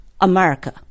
America